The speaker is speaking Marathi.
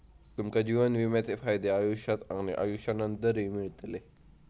तुमका जीवन विम्याचे फायदे आयुष्यात आणि आयुष्यानंतरही मिळतले